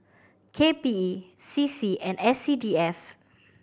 K P E C C and S C D F